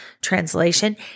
Translation